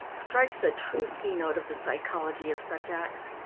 strikes the true keynote of the psychology of such acts